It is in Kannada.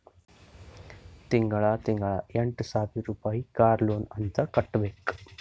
ತಿಂಗಳಾ ತಿಂಗಳಾ ಎಂಟ ಸಾವಿರ್ ರುಪಾಯಿ ಕಾರ್ ಲೋನ್ ಅಂತ್ ಕಟ್ಬೇಕ್